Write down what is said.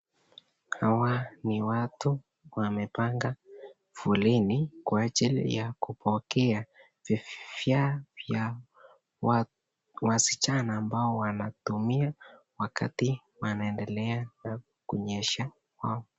Hawa ni watu wamepanga foleni kwa ajili ya kupokea vifaa vya wasichana ambao wanatumia wakati wanaendelea kunyesha kwao.